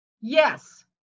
Yes